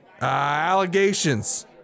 allegations